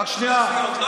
לא אנחנו.